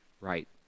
right